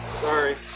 Sorry